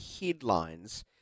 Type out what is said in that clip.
headlines